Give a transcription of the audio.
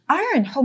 iron